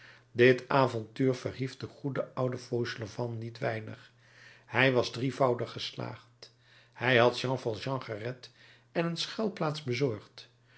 dit avontuur verhief den goeden ouden fauchelevent niet weinig hij was drievoudig geslaagd hij had jean valjean gered en een schuilplaats